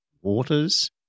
Waters